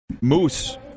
Moose